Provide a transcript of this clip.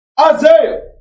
Isaiah